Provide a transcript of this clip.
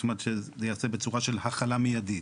זאת אומרת שזה יוצא בצורה של החלה מיידית.